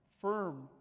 firm